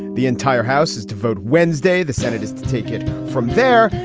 the entire house is to vote wednesday. the senate is to take it from there.